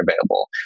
available